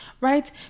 right